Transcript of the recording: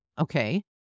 Okay